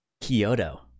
Kyoto